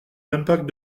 l’impact